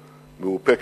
מאופקת.